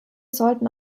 sollten